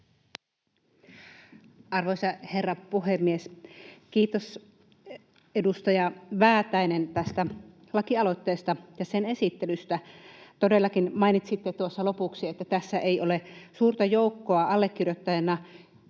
Arvoisa herra puhemies! Kiitos, edustaja Väätäinen, tästä lakialoitteesta ja sen esittelystä. Todellakin mainitsitte tuossa lopuksi, että tässä ei ole suurta joukkoa allekirjoittajina.